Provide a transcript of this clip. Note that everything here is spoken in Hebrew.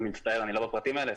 אני מצטער, אני לא בפרטים האלה.